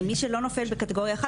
מי שלא נופל בקטגוריה אחת,